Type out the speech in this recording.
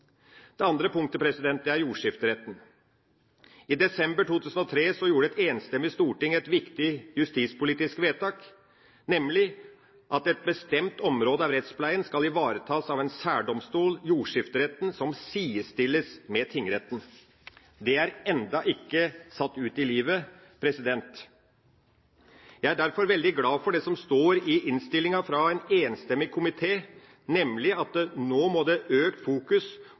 Det andre punktet er jordskifteretten. I desember 2003 gjorde et enstemmig storting et viktig justispolitisk vedtak, nemlig at et bestemt område av rettspleien skal ivaretas av en særdomstol, jordskifteretten, som sidestilles med tingretten. Det er ennå ikke satt ut i livet. Jeg er derfor veldig glad for det som står i innstillinga fra en enstemmig komité, nemlig at det nå må være økt fokus